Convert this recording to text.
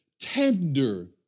tender